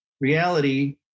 reality